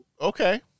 Okay